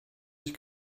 ich